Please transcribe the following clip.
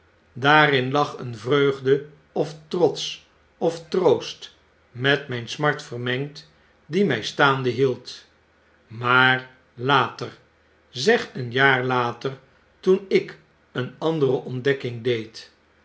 daarin lag een vreugde of trots of troost met mijn smart vermengd die my staande hield maar later zeg een jaar later toen ik een andere ontdekking deed